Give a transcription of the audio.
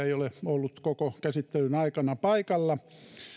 ei ole ollut koko käsittelyn aikana paikalla